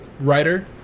writer